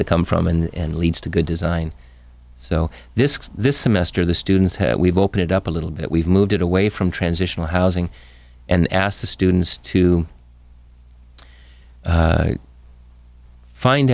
to come from and leads to good design so this this semester the students here we've opened it up a little bit we've moved it away from transitional housing and asked the students to find